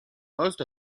most